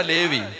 Levi